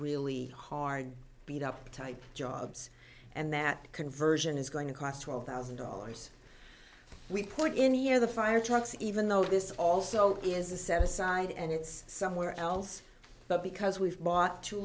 really hard beat up type jobs and that conversion is going to cost twelve thousand dollars we put in here the fire trucks even though this also is a separate side and it's somewhere else but because we've bought two